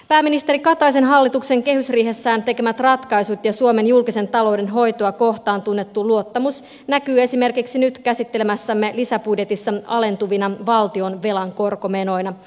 pääministeri kataisen hallituksen kehysriihessään tekemät ratkaisut ja suomen julkisen talouden hoitoa kohtaan tunnettu luottamus näkyvät esimerkiksi nyt käsittelemässämme lisäbudjetissa alentuvina valtionvelan korkomenoina